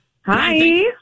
Hi